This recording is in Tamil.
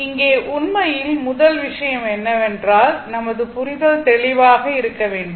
இங்கே உண்மையில் முதல் விஷயம் என்னவென்றால் நமது புரிதல் தெளிவாக இருக்க வேண்டும்